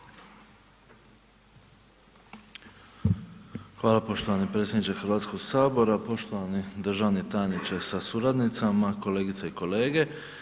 Hvala poštovani predsjedniče Hrvatskoga sabora, poštovani državni tajniče sa suradnicama, kolegice i kolege.